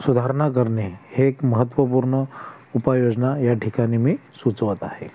सुधारणा करणे हे एक महत्त्वपूर्ण उपाययोजना या ठिकाणी मी सुचवत आहे